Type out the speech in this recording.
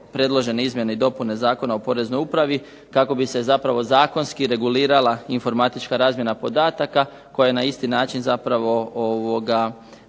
predložene izmjene i dopune Zakona o Poreznoj upravi, kako bi se zapravo zakonski regulirala informatička razmjena podataka, koja je na isti način zapravo